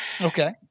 Okay